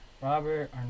robert